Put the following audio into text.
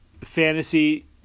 fantasy